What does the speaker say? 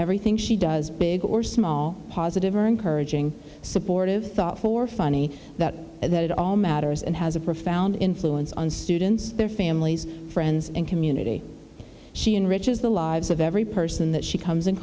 everything she does big or small positive or encouraging supportive thought for funny that that it all matters and has a profound influence on students their families friends and community she in riches the lives of every person that she comes in